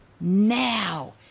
now